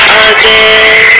again